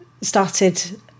started